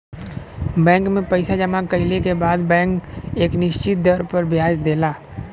bank में पइसा जमा कइले के बदले बैंक एक निश्चित दर पर ब्याज देला